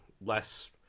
less